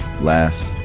last